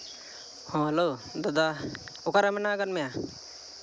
ᱦᱚᱸ ᱦᱮᱞᱳ ᱫᱟᱫᱟ ᱚᱠᱟᱨᱮ ᱢᱮᱱᱟᱜ ᱟᱠᱟᱫ ᱢᱮᱭᱟ